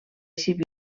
civil